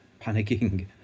panicking